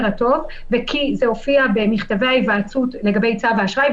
הטוב וכי זה הופיע במכתבי ההיוועצות לגבי צו האשראי,